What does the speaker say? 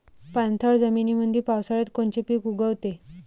पाणथळ जमीनीमंदी पावसाळ्यात कोनचे पिक उगवते?